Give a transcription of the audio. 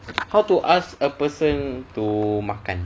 how to ask a person to makan